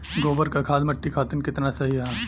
गोबर क खाद्य मट्टी खातिन कितना सही ह?